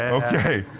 ah okay.